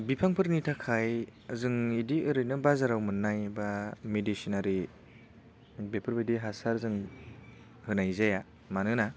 बिफांफोरनि थाखाय जों बिदि ओरैनो बाजाराव मोननाय बा मेडिसिनारि बेफोरबादि हासार जों होनाय जाया मानोना